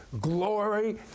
glory